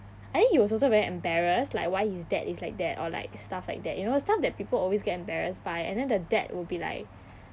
I think he was also very embarrassed like why his dad is like that or like stuff like that you know stuff that people get embarrassed by and then the dad will be like